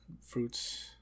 fruits